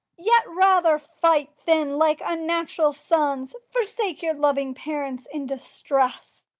yet rather fight, then, like unnatural sons, forsake your loving parents in distress.